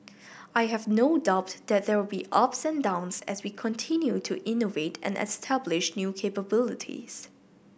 I have no doubt that there will be ups and downs as we continue to innovate and establish new capabilities